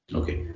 okay